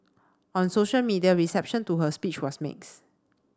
on social media reception to her speech was mixed